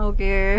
Okay